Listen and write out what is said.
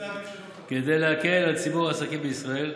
כדי להקל על ציבור העסקים בישראל.